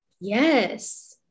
Yes